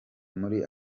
muri